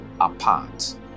apart